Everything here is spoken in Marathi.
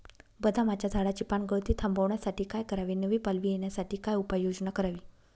बदामाच्या झाडाची पानगळती थांबवण्यासाठी काय करावे? नवी पालवी येण्यासाठी काय उपाययोजना करावी?